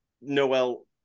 noel